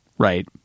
Right